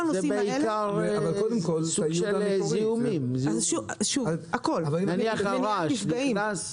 זה בעיקר סוג של זיהומים, נניח הרעש נכנס?